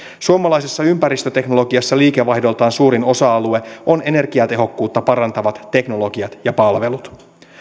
suomalaisessa ympäristöteknologiassa liikevaihdoltaan suurin osa alue on energiatehokkuutta parantavat teknologiat ja palvelut